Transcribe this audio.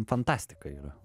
fantastika yra